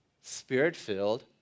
spirit-filled